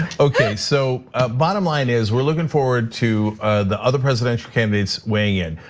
okay. so ah bottom line is we're looking forward to the other presidential candidates weighing in.